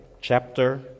chapter